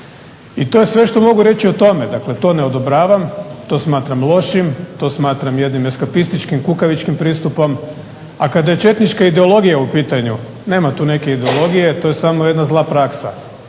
I to je sve što mogu reći o tome. Dakle, to ne odobravam i to smatram lošim, to smatram jednim eskapističkim, kukavičkim pristupom. A kada je četnička ideologija u pitanju nema tu neke ideologije to je samo jedna zla praksa.